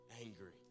angry